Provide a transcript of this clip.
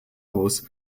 aus